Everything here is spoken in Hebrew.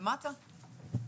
למטה?